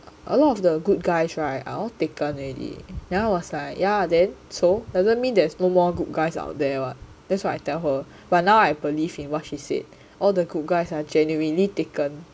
a lot of the good guys [right] are all taken already then I was like ya then so doesn't mean there's no more good guys out there [what] that's what I tell her but now I believe in what she said all the good guys are generally taken